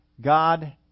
God